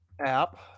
app